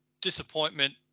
disappointment